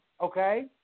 okay